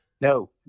no